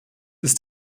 ist